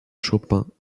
chopin